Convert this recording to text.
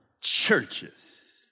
churches